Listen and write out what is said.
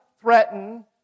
threaten